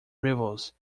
rivals